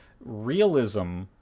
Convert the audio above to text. realism